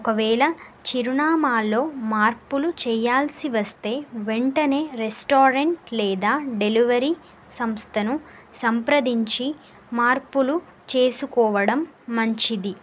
ఒకవేళ చిరునామాల్లో మార్పులు చేయాల్సి వస్తే వెంటనే రెస్టారెంట్ లేదా డెలివరీ సంస్థను సంప్రదించి మార్పులు చేసుకోవడం మంచిది